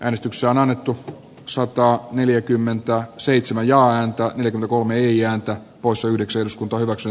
äänestyksiä on annettu sotaa neljäkymmentä seitsemän ääntä yli kolme ian cat poissa yhdeksäs päiväksi